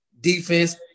defense